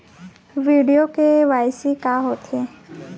video KYC का होथे